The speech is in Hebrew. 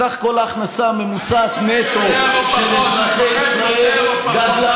סך כל ההכנסה הממוצעת נטו של אזרחי ישראל גדלה